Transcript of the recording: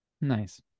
Nice